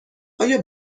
آیا